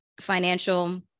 financial